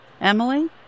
Emily